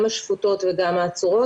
גם השפוטות וגם העצורות.